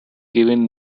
given